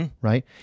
right